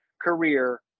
career